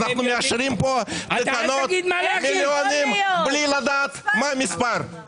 אז אנחנו מאשרים פה תקנות במיליונים בלי לדעת מה המספר.